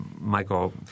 Michael